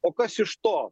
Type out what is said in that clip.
o kas iš to